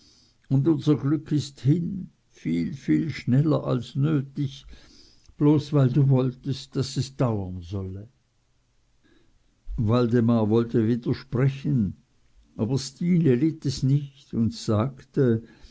und unser glück ist hin viel viel schneller als nötig bloß weil du wolltest daß es dauern solle waldemar wollte widersprechen aber stine litt es nicht und sagte